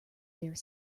there